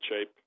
shape